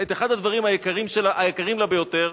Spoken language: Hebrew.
את אחד הדברים היקרים לה ביותר,